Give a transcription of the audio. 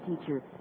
teacher